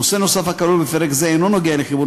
נושא נוסף הכלול בפרק זה אינו נוגע לחיבור